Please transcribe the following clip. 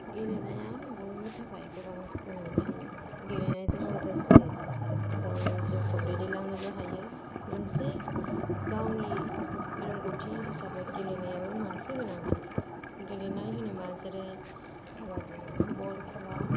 गेलेनाया बयनिबो थाखाय गोबां गोनांथि गेलेनायजों लोगोसे गाव जिउखौ दैदेनलांनोबो हायो मोनसे गावनि रोंगौथि हिसाबै गेलेनायाबो मोनसे गोनांथि गेलेनाय होनोबा जेरै काबादि बल खेला